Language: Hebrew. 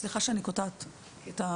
קוטעת.